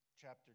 chapter